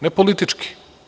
Ne politički.